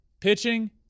pitching